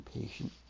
patient